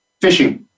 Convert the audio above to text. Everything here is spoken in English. Fishing